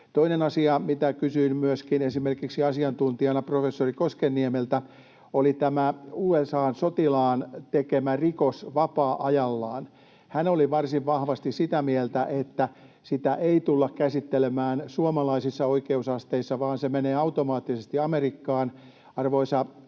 Toinen asia, mitä kysyin myöskin esimerkiksi asiantuntijana professori Koskenniemeltä, oli tämä USA:n sotilaan tekemä rikos vapaa-ajallaan. Hän oli varsin vahvasti sitä mieltä, että sitä ei tulla käsittelemään suomalaisissa oikeusasteissa, vaan se menee automaattisesti Amerikkaan.